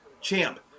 Champ